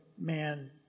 man